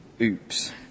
Oops